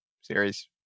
series